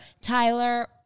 Tyler